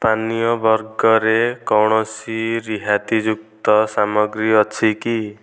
ପାନୀୟ ବର୍ଗରେ କୌଣସି ରିହାତିଯୁକ୍ତ ସାମଗ୍ରୀ ଅଛି କି